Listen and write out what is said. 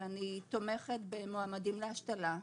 ואני תומכת במועמדים להשתלה.